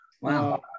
Wow